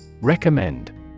Recommend